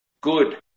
good